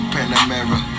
Panamera